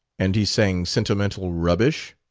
and he sang sentimental rubbish?